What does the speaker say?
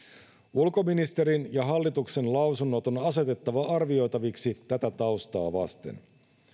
ulkoministerin ja hallituksen lausunnot on on asetettava arvioitaviksi tätä taustaa vasten